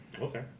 Okay